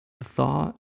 Thought